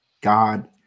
god